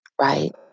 right